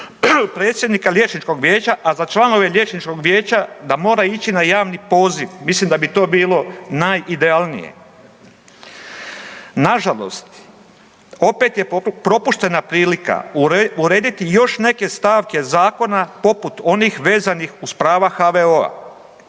predsjednika liječničkog vijeća, a za članove liječničkog vijeća da mora ići na javni poziv. Mislim da bi to bilo najidealnije. Na žalost opet je propuštena prilika urediti još neke stavke zakona poput onih vezanih uz prava HVO-a.